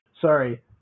Sorry